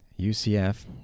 UCF